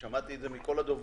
שמעתי את זה מכול הדוברים,